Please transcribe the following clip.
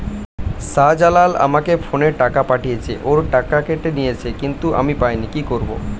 শাহ্জালাল আমাকে ফোনে টাকা পাঠিয়েছে, ওর টাকা কেটে নিয়েছে কিন্তু আমি পাইনি, কি করব?